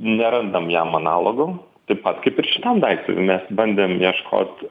nerandam jam analogų taip pat kaip ir šitam daiktui mes bandėm ieškot